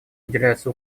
уделяется